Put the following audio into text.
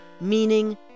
meaning